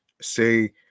say